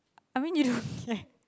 I mean you don't like